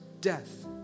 death